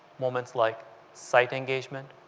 moments like site engagement,